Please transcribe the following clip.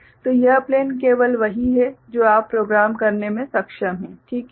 तो यह प्लेन केवल वही है जो आप प्रोग्राम करने में सक्षम हैं ठीक है